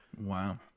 Wow